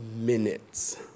minutes